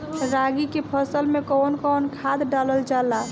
रागी के फसल मे कउन कउन खाद डालल जाला?